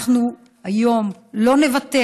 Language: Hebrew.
אנחנו היום לא נוותר